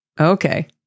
Okay